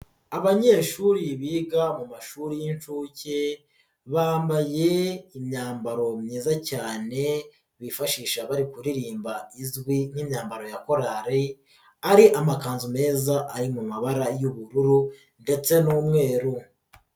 Abanyeshuri biga mu mashuri y'inshuke bambaye imyambaro myiza cyane bifashisha bari kuririmba izwi nk'imyambaro ya korali, ari amakanzu meza ari mu mabara y'ubururu ndetse n'umweru.